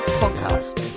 podcast